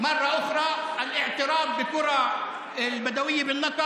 בפעם הבאה אנחנו נציע פעם נוספת הצעה להכיר בכפרים הבדואיים בנגב,